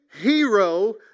hero